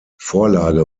vorlage